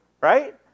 Right